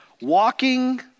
walking